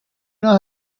know